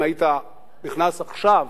אם היית נכנס עכשיו